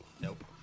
Nope